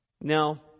Now